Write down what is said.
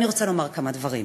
אני רוצה לומר כמה דברים.